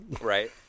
Right